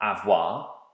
Avoir